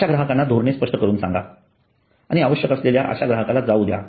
अश्या ग्राहकांना धोरणे स्पष्ट करून सांगा आणि आवश्यक असल्यास अश्या ग्राहकाला जावू द्या